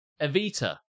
Evita